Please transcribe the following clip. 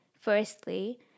firstly